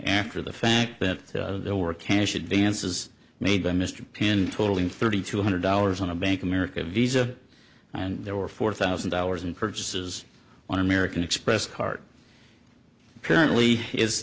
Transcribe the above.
after the fact that there were cash advances made by mr pin totaling thirty two hundred dollars on a bank america visa and there were four thousand dollars in purchases on american express card currently is